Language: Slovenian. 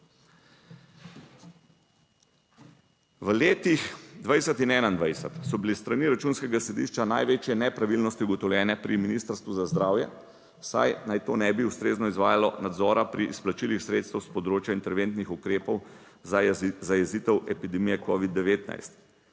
V letih 20 in 21 so bile s strani Računskega sodišča največje nepravilnosti ugotovljene pri Ministrstvu za zdravje, saj naj to ne bi ustrezno izvajalo nadzora pri izplačilih sredstev s področja interventnih ukrepov za zajezitev epidemije covid-19.